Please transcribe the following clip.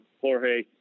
Jorge